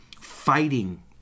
fighting